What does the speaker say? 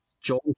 John